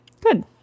Good